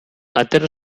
atera